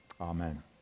Amen